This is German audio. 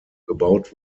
gebaut